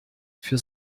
für